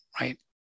right